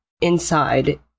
inside